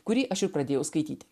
kurį aš ir pradėjau skaityti